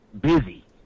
busy